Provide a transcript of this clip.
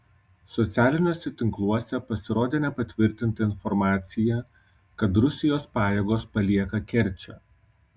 socialiniuose tinkluose pasirodė nepatvirtinta informacija kad rusijos pajėgos palieka kerčę